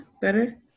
better